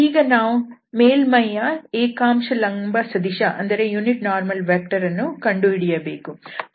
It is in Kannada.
ಈಗ ನಾವು ಮೇಲ್ಮೈಯ ಏಕಾಂಶ ಲಂಬ ಸದಿಶ ವನ್ನು ಕಂಡುಹಿಡಿಯಬೇಕು